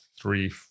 three